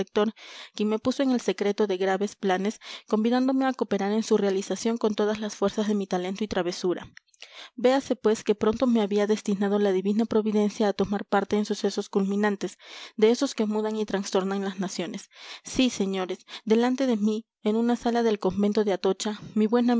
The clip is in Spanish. quien me puso en el secreto de graves planes convidándome a cooperar en su realización con todas las fuerzas de mi talento y travesura véase pues qué pronto me había destinado la divina providencia a tomar parte en sucesos culminantes de esos que mudan y trastornan las naciones sí señores delante de mí en una sala del convento de atocha mi buen